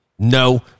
No